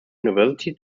university